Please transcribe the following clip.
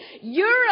Europe